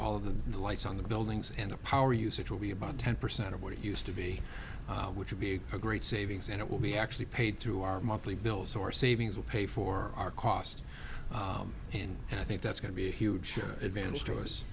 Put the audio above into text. the the lights on the buildings and the power usage will be about ten percent of what it used to be which would be a great savings and it will be actually paid through our monthly bills or savings will pay for our costs and i think that's going to be a huge advantage to